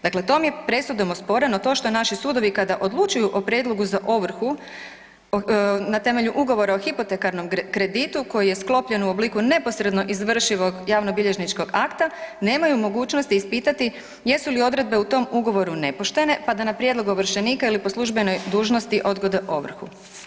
Dakle, tom je presudom osporeno to što naši sudovi i kada odlučuju o prijedlogu za ovrhu na temelju ugovora o hipotekarnom kreditu koji je sklopljen u obliku neposredno izvršivog javnobilježničkog akta, nemaju mogućnosti ispitati jesu li odredbe u tom ugovoru nepoštene pa da na prijedlog ovršenika ili po službenoj dužnosti, odgode ovrhu.